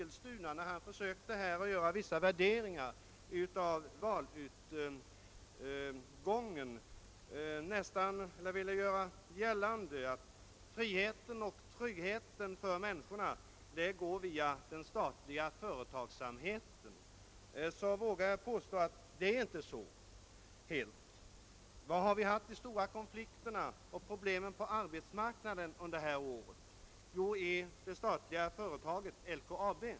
I sina kommentarer beträffande valutgången tycktes herr Svensson i Eskilstuna vilja göra gällande att friheten och tryggheten för människorna kommer via den statliga företagsamheten. Jag vågar påstå att det inte är så helt med den saken. Var har vi haft de stora konflikterna och problemen på arbetsmarknaden det här året? Jo, i det statliga företaget LKAB.